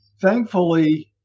thankfully